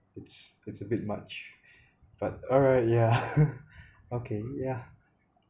it's it's a bit much but alright yeah okay yeah